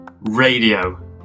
radio